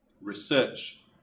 research